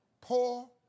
poor